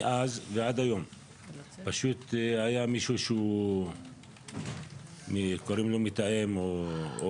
מאז ועד היום היה מישהו שקוראים לו "מתאם" או